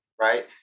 right